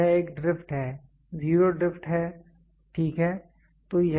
तो यह एक ड्रिफ्ट है जीरो ड्रिफ्ट है ठीक है